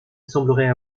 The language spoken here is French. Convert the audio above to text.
semblerait